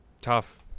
Tough